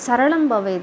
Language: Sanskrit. सरलं भवेत्